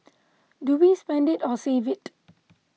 do we spend it or save it